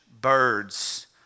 birds